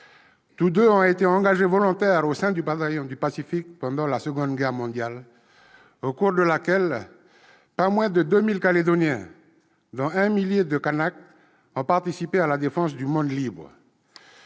Tous deux ont été engagés volontaires au sein du Bataillon du Pacifique pendant la Seconde Guerre mondiale, au cours de laquelle pas moins de 2 000 Calédoniens, dont un millier de Kanaks, ont participé à la défense du monde libre.